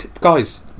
guys